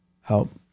help